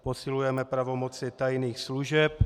Posilujeme pravomoci tajných služeb.